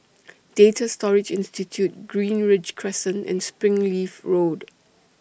Data Storage Institute Greenridge Crescent and Springleaf Road